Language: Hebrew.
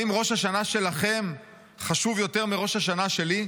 האם ראש השנה שלכם חשוב יותר מראש השנה שלי?